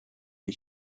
est